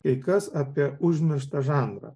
kai kas apie užmirštą žanrą